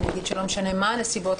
אגיד שלא משנה מה הנסיבות,